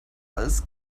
als